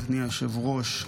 אדוני היושב-ראש,